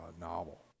novel